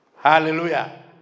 Hallelujah